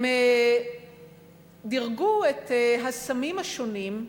הם דירגו את הסמים השונים,